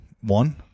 One